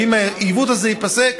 ואם העיוות הזה ייפסק,